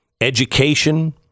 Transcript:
education